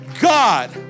God